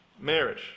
marriage